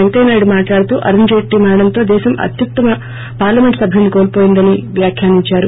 వెంకయ్య నాయుడు మాట్లాడుతూ అరుణ్ జైట్లీ మరణంతో దేశం అత్యుత్తమ పార్లమెంటు సభ్యుడిని కోల్పోయిందని వ్యాఖ్యానించారు